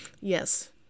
Yes